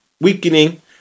weakening